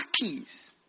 keys